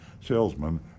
salesman